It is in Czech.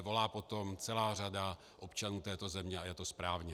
Volá po tom celá řada občanů této země a je to správně.